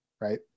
right